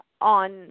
on